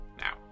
Now